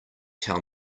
tell